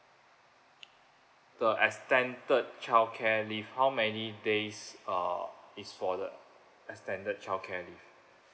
the extended childcare leave how many days uh is for the extended childcare leave